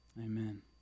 Amen